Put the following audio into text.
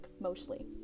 mostly